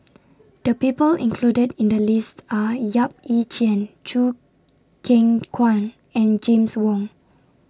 The People included in The list Are Yap Ee Chian Choo Keng Kwang and James Wong